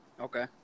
Okay